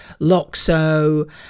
Loxo